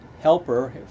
helper